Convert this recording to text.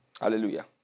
Hallelujah